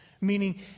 Meaning